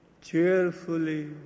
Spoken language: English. cheerfully